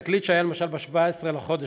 "התקליט" שהיה למשל ב-17 בחודש,